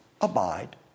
abide